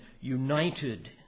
united